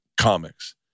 comics